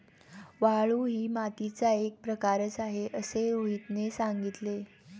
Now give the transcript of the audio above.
वाळू ही मातीचा एक प्रकारच आहे असे रोहितने सांगितले